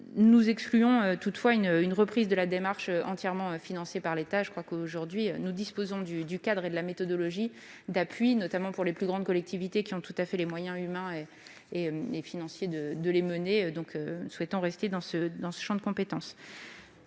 Nous excluons toutefois une reprise de la démarche entièrement financée par l'État. Aujourd'hui, nous disposons du cadre et de la méthodologie d'appui, notamment pour les plus grandes collectivités, qui ont tout à fait les moyens humains et financiers de les mener. Nous souhaitons donc rester dans ce champ de compétence.